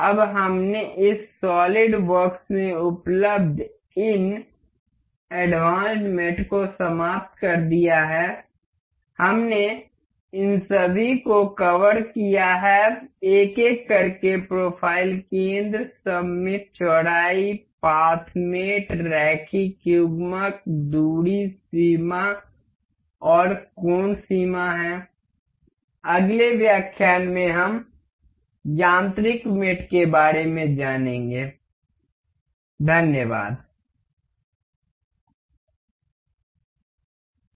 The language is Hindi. GLOSSARY English Word Word Meaning solidworks SolidWorks SolidWorks Mechanism यंत्ररचना यंत्ररचना Spline spline spline ok okay okay Plane plane plane key word मुख्य शब्द मुख्य शब्द object वस्तु वस्तु Symmetric सममित सममित arc arc arc Clock wise घड़ी की दिशा में घड़ी की दिशा में counter clockwise घड़ी की विपरीत दिशा में घड़ी की विपरीत दिशा में Dimension परिमाप परिमाप Line रेखा रेखा Normal अधोलंब अधोलंब Hearth भट्ठी भट्ठी Entity तत्त्व तत्त्व Typical प्ररूपी प्ररूपी Helical हेलिकल हेलिकल Protrusion उत्क्षेपण उत्क्षेपण concentric संकिंद्रिक संकिंद्रिक Linear coupler रैखिक युग्मक रैखिक युग्मक LATERAL लेटरल लेटरल coincident संयोग संयोग Tangent स्पर्शरेखा स्पर्शरेखा follower follower follower cam cam cam chamfer chamfer chamfer Geometry ज्यामिति ज्यामिति Fillet फिलेट फिलेट projection प्रक्षेपण प्रक्षेपण save रक्षित रक्षित